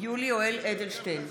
יולי יואל אדלשטיין,